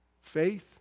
Faith